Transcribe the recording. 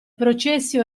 processi